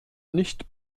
nicht